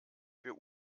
für